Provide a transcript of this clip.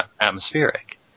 atmospheric